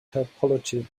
topology